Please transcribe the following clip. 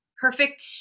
perfect